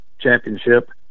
championship